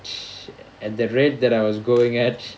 at the rate that I was going at